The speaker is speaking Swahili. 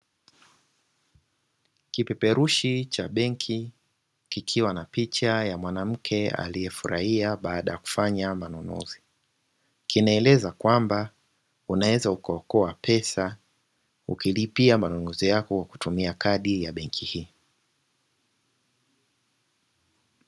Kipeperushi cha benki. kikiwa na picha ya mwanamke aliyefurahia baada ya kufanya manunuzi. Kinaeleza kwamba unaweza ukaokoa pesa, ukilipia manunuzi yako kwa kutumia kadi ya benki hii.